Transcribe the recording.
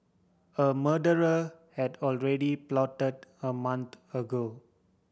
a murder had already plotted a month ago